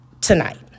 tonight